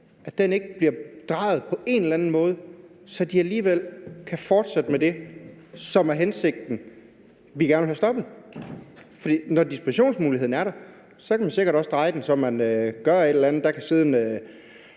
at den ikke bliver drejet på en eller anden måde, så de alligevel kan fortsætte med det, som er hensigten, og som vi gerne vil have stoppet? For når dispensationsmuligheden er der, kan man sikkert også dreje den, så man gør et eller andet